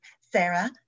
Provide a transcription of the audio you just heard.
Sarah